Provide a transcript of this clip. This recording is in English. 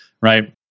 right